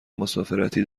مسافرتی